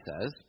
says